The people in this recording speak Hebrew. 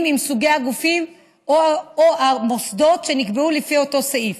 עם סוגי הגופים או המוסדות שנקבעו לפי אותו סעיף.